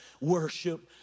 worship